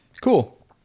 Cool